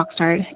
Oxnard